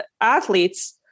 athletes